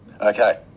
Okay